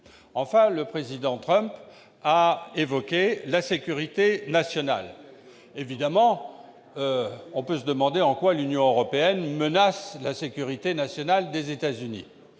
Enfin, le président Trump a invoqué la sécurité nationale. On peut évidemment se demander en quoi l'Union européenne menace la sécurité nationale des États-Unis.